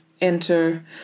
enter